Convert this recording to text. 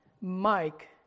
Mike